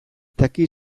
dakit